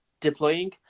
deploying